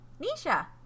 nisha